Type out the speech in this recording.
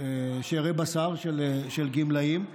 של גמלאים,